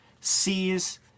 sees